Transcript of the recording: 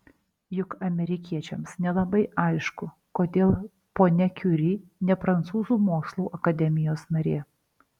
juk amerikiečiams nelabai aišku kodėl ponia kiuri ne prancūzų mokslų akademijos narė